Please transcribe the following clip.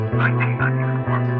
1994